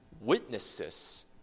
witnesses